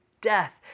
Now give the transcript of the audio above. death